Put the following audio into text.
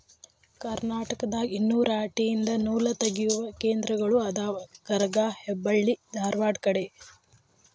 ಕರ್ನಾಟಕದಾಗ ಇನ್ನು ರಾಟಿ ಯಿಂದ ನೂಲತಗಿಯು ಕೇಂದ್ರಗಳ ಅದಾವ ಗರಗಾ ಹೆಬ್ಬಳ್ಳಿ ಧಾರವಾಡ ಕಡೆ